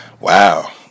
wow